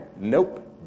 nope